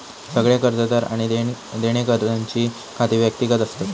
सगळे कर्जदार आणि देणेकऱ्यांची खाती व्यक्तिगत असतत